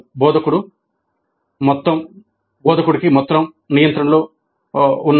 బోధకుడు మొత్తం నియంత్రణలో ఉన్నాడు